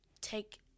Take